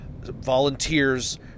volunteers